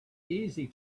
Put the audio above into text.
easy